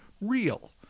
real